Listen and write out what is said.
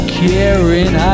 caring